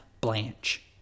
Blanche